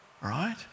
right